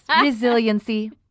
Resiliency